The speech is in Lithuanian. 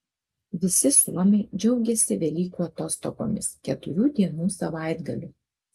visi suomiai džiaugiasi velykų atostogomis keturių dienų savaitgaliu